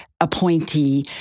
appointee